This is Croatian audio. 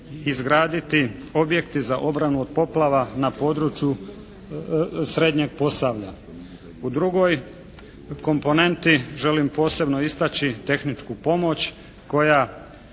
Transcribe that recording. izgraditi objekti za obranu od poplava na području srednjeg Posavlja. U drugoj komponenti želim posebno istači tehničku pomoć koja